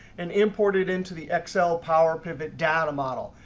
and import it into the excel power pivot data model.